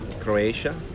Croatia